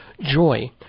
Joy